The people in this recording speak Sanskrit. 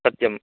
सत्यम्